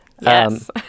Yes